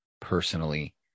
personally